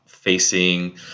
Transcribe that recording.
Facing